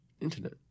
internet